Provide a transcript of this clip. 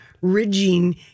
ridging